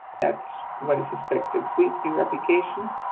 that's what is expected with your application.